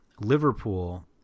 Liverpool